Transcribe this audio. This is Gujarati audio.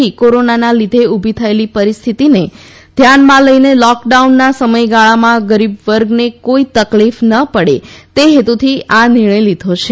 રાજ્ય સરકારે કોરોનાના લીધે ઊભી થયેલી પરિસ્થિતિને ધ્યાનમાં લઈને લૉકડાઉનના સમયગાળામાં ગરીબવર્ગને કોઈ તકલીફ ન પડે તે હેતુથી આ નિર્ણય લીધો છે